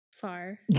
far